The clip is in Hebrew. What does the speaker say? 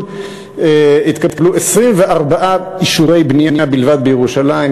התקבלו 24 אישורי בנייה בלבד בירושלים.